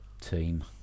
team